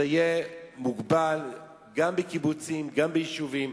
זה יהיה מוגבל, גם בקיבוצים, גם ביישובים.